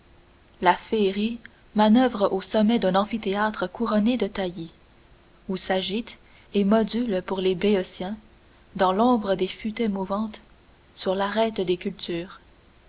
la féerie manoeuvre au sommet d'un amphithéâtre couronné de taillis ou s'agite et module pour les béotiens dans l'ombre des futaies mouvantes sur l'arête des cultures